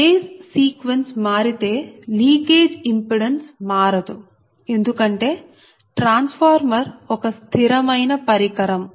phase sequence మారితే leakage impedance మారదు ఎందుకంటే ట్రాన్స్ఫార్మర్ ఒక స్థిరమైన పరికరం